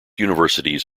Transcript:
universities